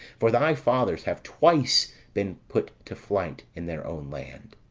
for thy fathers have twice been put to flight in their own land